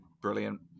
brilliant